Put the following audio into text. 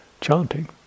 chanting